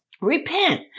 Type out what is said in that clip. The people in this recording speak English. Repent